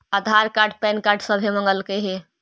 आधार card PAN card सभे मगलके हे?